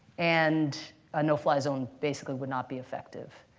and a no-fly zone basically would not be effective.